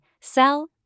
sell